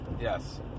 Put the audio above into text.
Yes